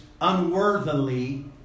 Unworthily